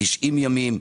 90 ימים,